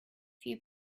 few